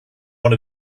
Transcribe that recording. one